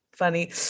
funny